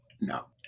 no